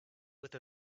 with